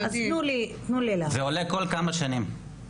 זה עולה כל כמה שנים.